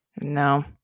No